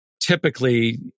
typically